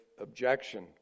objection